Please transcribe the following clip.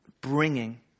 bringing